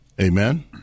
Amen